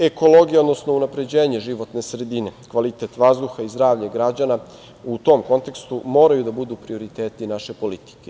Ekologija, odnosno unapređenje životne sredine, kvalitet vazduha i zdravlje građana u tom kontekstu moraju da budu prioriteti naše politike.